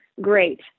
Great